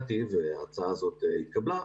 הצעתי וההצעה הזאת התקבלה,